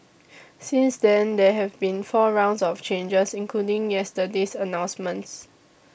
since then there have been four rounds of changes including yesterday's announcements